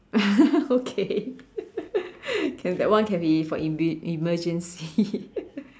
okay can that one can be for in emer~ emergency